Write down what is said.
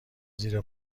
زیر